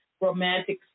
romantic